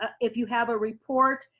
ah if you have a report,